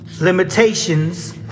limitations